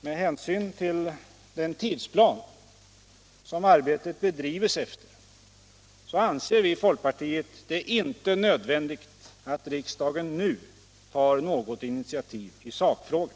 Med hänsyn till den tidsplan som arbetet bedrivs efter anser vi i folkpartiet det inte nödvändigt att riksdagen nu tar något initiativ i sakfrågan.